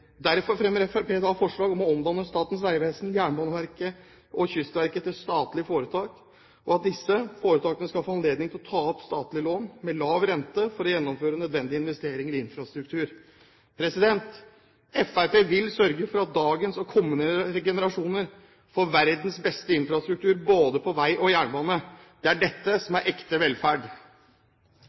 Derfor fremmer Fremskrittspartiet i dag forslag om å omdanne Statens vegvesen, Jernbaneverket og Kystverket til statlige foretak, og at disse foretakene skal få anledning til å ta opp statlige lån med lav rente for å gjennomføre nødvendige investeringer i infrastruktur. Fremskrittspartiet vil sørge for at dagens og kommende generasjoner får verdens beste infrastruktur, både på vei og jernbane. Det er dette som er ekte